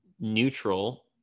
neutral